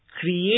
create